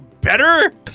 better